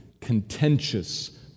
contentious